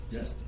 Yes